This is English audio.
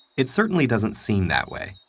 it certainly doesn't seem that way.